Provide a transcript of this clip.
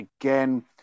again